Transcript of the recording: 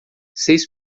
seis